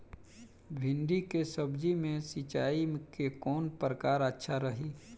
भिंडी के सब्जी मे सिचाई के कौन प्रकार अच्छा रही?